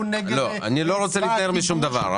לא, אני לא רוצה להתנער משום דבר.